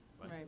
right